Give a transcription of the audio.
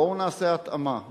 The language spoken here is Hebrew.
בואו נעשה התאמה לבנות,